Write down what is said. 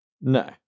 No